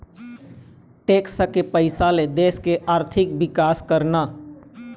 tax के पइसा ले देश के आरथिक बिकास करना